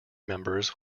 members